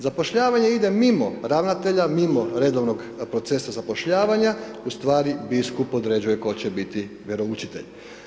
Zapošljavanje ide mimo ravnatelja, mimo redovnog procesa zapošljavanja, u stvari biskup određuje tko će biti vjeroučitelj.